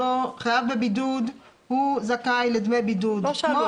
ילדו וסיומה ביום האחרון שבו חלה עליו חובה כאמור,